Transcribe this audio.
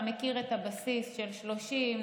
אתה מכיר את הבסיס של 30,